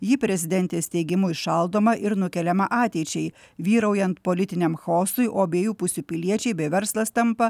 ji prezidentės teigimu įšaldoma ir nukeliama ateičiai vyraujant politiniam chaosui o abiejų pusių piliečiai bei verslas tampa